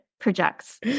projects